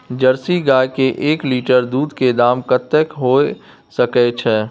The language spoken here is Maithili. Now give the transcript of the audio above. जर्सी गाय के एक लीटर दूध के दाम कतेक होय सके छै?